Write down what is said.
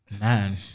Man